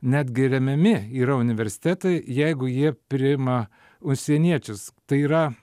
netgi remiami yra universitetai jeigu jie priima užsieniečius tai yra